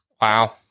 wow